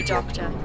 Doctor